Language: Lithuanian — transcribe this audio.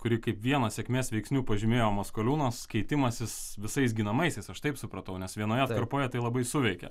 kurį kaip vieną sėkmės veiksnių pažymėjo maskoliūnas keitimasis visais ginamaisiais aš taip supratau nes vienoje poetai labai suveikė